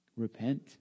Repent